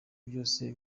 byose